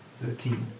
thirteen